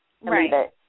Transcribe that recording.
Right